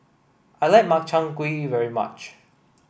I like Makchang Gui very much